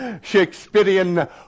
Shakespearean